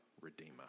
redeemer